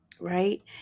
right